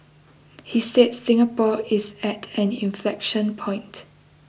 he said Singapore is at an inflection point